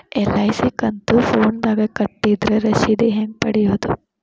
LIC ಕಂತು ಫೋನದಾಗ ಕಟ್ಟಿದ್ರ ರಶೇದಿ ಹೆಂಗ್ ಪಡೆಯೋದು?